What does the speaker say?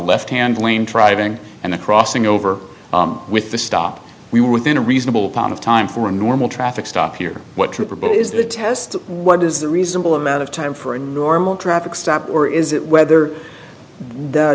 left hand lane driving and the crossing over with the stop we were within a reasonable amount of time for a normal traffic stop here what trooper but is the test what is the reasonable amount of time for a normal traffic stop or is it whether the